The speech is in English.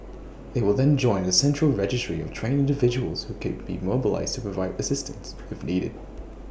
they will then join A central registry of trained individuals who can be mobilised to provide assistance if needed